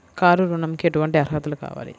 Car ఋణంకి ఎటువంటి అర్హతలు కావాలి?